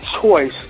choice